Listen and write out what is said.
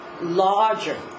larger